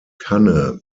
kanne